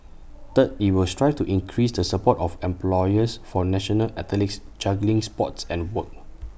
third IT will strive to increase the support of employers for national athletes juggling sports and work